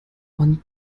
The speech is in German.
und